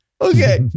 Okay